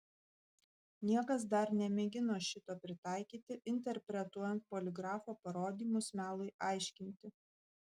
niekas dar nemėgino šito pritaikyti interpretuojant poligrafo parodymus melui aiškinti